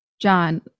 John